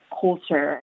culture